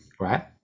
Right